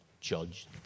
judge